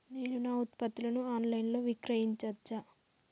నేను నా ఉత్పత్తులను ఆన్ లైన్ లో విక్రయించచ్చా?